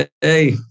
Hey